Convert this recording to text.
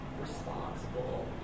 responsible